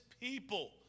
people